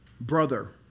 brother